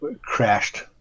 crashed